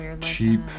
cheap